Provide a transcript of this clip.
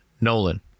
Nolan